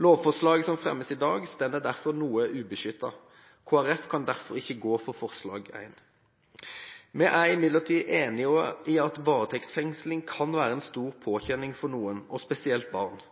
Lovforslaget som fremmes i dag, står derfor noe ubeskyttet. Kristelig Folkeparti kan derfor ikke gå for innstillingens forslag I. Vi er i midlertid enig i at varetektsfengsling kan være en stor påkjenning for noen, og spesielt barn.